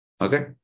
Okay